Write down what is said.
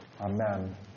Amen